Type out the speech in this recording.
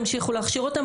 תמשיכו להכשיר אותם,